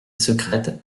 secrète